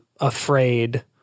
afraid